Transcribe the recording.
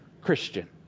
Christian